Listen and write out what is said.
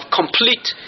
complete